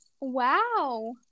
Wow